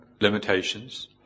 limitations